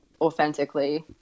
authentically